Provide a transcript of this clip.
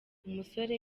umusore